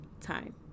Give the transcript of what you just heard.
time